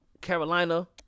Carolina